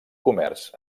comerç